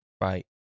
right